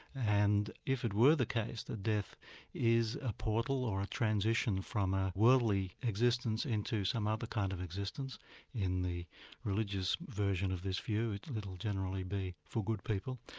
and if it were the case that death is a portal or a transition from a worldly existence into some other kind of existence in the religious version of this view it will generally be for good people.